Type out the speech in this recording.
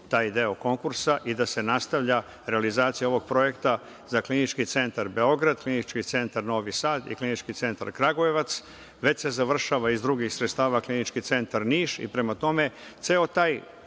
taj deo konkursa i da se nastavlja realizacija ovog projekta za Klinički centar Beograd, Klinički centar Novi Sad i Klinički centar Kragujevac. Već se završava iz drugih sredstava Klinički centar Niš. Prema tome, ceo taj